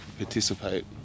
participate